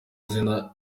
izina